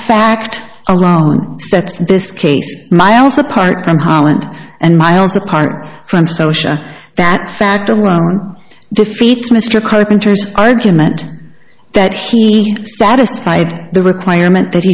fact alone sets this case miles apart from holland and miles apart from social that fact alone defeats mr carpenter's argument that he satisfied the requirement that